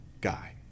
guy